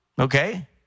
okay